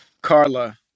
Carla